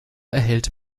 erhält